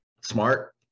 smart